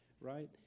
right